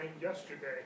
yesterday